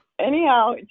anyhow